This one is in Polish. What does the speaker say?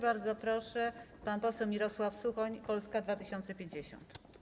Bardzo proszę, pan poseł Mirosław Suchoń, Polska 2050.